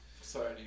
Sorry